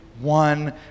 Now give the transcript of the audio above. one